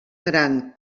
gran